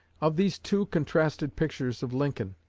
of these two contrasted pictures of lincoln,